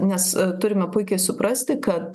nes turime puikiai suprasti kad